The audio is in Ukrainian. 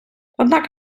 однак